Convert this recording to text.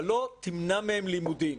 אבל לא תמנע מהם לימודים.